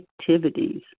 activities